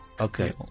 Okay